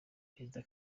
perezida